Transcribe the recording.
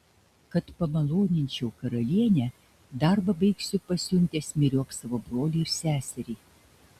kad pamaloninčiau karalienę darbą baigsiu pasiuntęs myriop savo brolį ir seserį